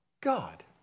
God